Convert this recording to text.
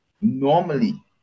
Normally